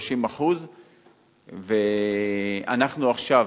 30%. אנחנו עכשיו,